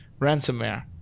ransomware